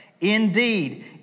Indeed